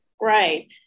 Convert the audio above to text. Right